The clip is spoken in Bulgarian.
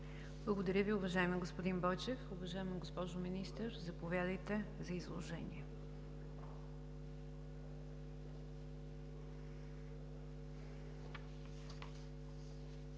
Благодаря Ви, уважаеми господин Бойчев. Уважаема госпожо Министър, заповядайте за изложение.